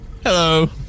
Hello